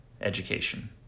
education